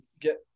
get